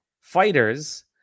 fighters